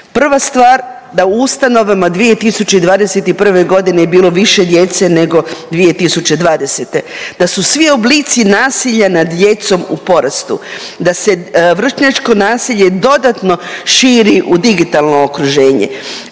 Prva stvar da u ustanovama 2021. godine je bilo više djece nego 2020., da su svi oblici nasilja nad djecom u porastu, da se vršnjačko nasilje dodatno širi u digitalno okruženje.